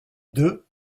deux